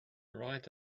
right